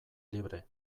libre